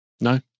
no